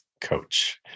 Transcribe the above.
Coach